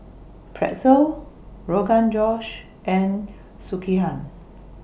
Pretzel Rogan Josh and Sekihan